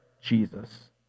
Jesus